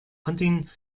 hunting